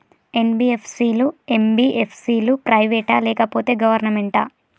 NBFC లు, MBFC లు private ఆ లేకపోతే గవర్నమెంటా?